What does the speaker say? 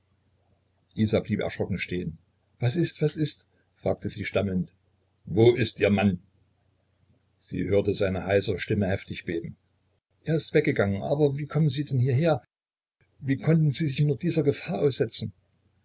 blieb erschrocken stehen was ist was ist fragte sie stammelnd wo ist ihr mann sie hörte seine heisere stimme heftig beben er ist weggegangen aber wie kommen sie denn hierher wie konnten sie sich nur dieser gefahr aussetzen